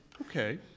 Okay